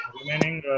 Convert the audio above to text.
remaining